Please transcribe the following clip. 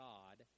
God